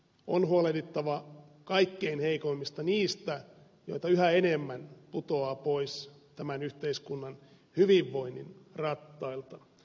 on huolehdittava kaikkein heikoimmista niistä joita yhä enemmän putoaa pois tämän yhteiskunnan hyvinvoinnin rattailta